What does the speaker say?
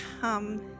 come